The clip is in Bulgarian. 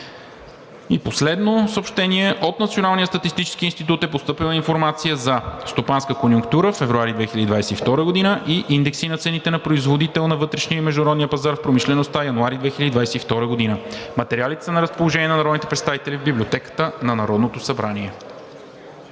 И последно съобщение: „От Националния статистически институт е постъпила информация за: - Стопанска конюнктура, февруари 2022 г.; - Индекси на цените на производител на вътрешния и международния пазар в промишлеността, януари 2022 г. Материалите са на разположение на народните представители в Библиотеката на Народното събрание.“